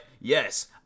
yes